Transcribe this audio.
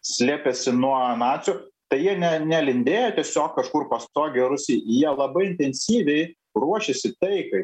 slėpėsi nuo nacių tai jie ne nelindėjo tiesiog kažkur pastogėj rūsy jie labai intensyviai ruošėsi taikai